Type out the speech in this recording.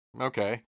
Okay